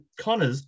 Connors